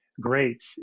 great